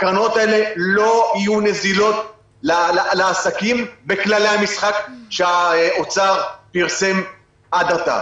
הקרנות האלה לא יהיו נזילות לעסקים בכללי המשחק שהאוצר פרסם עד עתה.